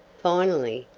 finally,